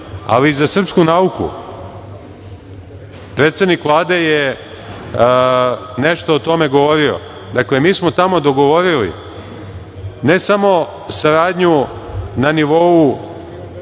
ali i za srpsku nauku. Predsednik Vlade je nešto o tome govorio. Mi smo tamo dogovorili ne samo saradnju na nivou